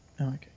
okay